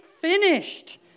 finished